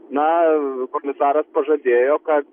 na komisaras pažadėjo kad